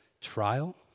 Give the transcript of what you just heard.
trial